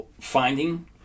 finding